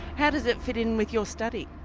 how does it fit in with your study?